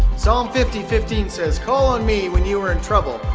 so um fifty fifteen says, call on me when you are in trouble,